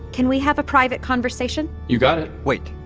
can we have a private conversation? you got it wait,